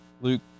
Luke